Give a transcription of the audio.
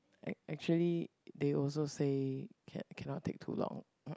act~ actually they also say ca~ cannot take too long